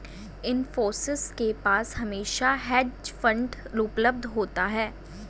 इन्फोसिस के पास हमेशा हेज फंड उपलब्ध होता है